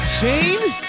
Shane